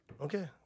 Okay